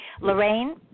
Lorraine